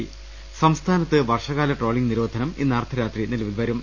്റ് സംസ്ഥാനത്ത് വർഷകാല ട്രോളിംഗ് നിരോധനം ഇന്ന് അർദ്ധരാത്രി നിലവിൽ വരും